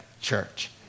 church